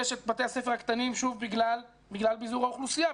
יש את בתי הספר הקטנים בגלל ביזור האוכלוסייה,